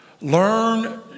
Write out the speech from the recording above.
Learn